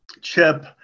chip